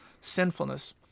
sinfulness